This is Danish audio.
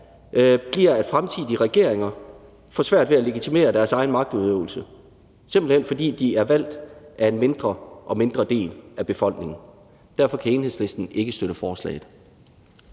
bliver, at fremtidige regeringer får svært ved at legitimere deres egen magtudøvelse, simpelt hen fordi de er valgt af en mindre og mindre del af befolkningen. Derfor kan Enhedslisten ikke støtte forslaget.